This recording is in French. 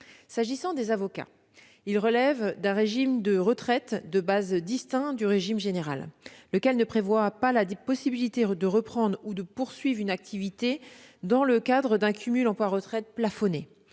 S'agissant des avocats, ils relèvent d'un régime de retraite de base distinct du régime général, lequel ne prévoit pas la possibilité de reprendre ou poursuivre une activité dans le cadre d'un cumul emploi-retraite plafonné.